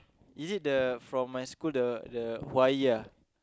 is it the from my school the the Huayi ah